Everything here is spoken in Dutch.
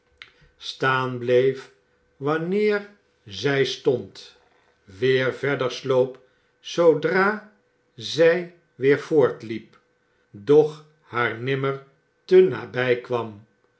staan bleef wanneer zij stond weer verder sloop zoodra zij weer voortliep doch haar nimmer te nabij kwam